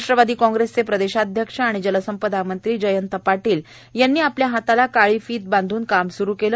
राष्ट्रवादी काँग्रेसचे प्रदेश अध्यक्ष आणि जलसंपदामंत्री जयंत पाटील यांनी आपल्या हाताला काळी फित बांधून काम सुरु केलं